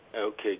Okay